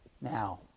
Now